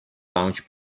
launch